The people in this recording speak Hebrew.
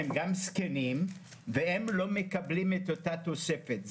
הם גם זקנים והם לא מקבלים את אותה תוספת.